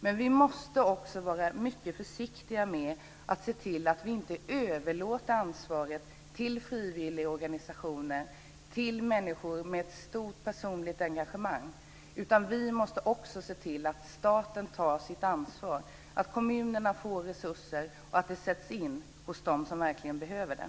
Men vi måste också vara mycket försiktiga med att se till att vi inte överlåter ansvaret till frivilligorganisationer, till människor med ett stort personligt engagemang. Vi måste också se till att staten tar sitt ansvar, att kommunerna får resurser och att de sätts in hos dem som verkligen behöver dem.